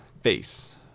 face